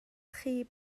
chi